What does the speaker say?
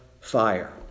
fire